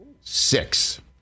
six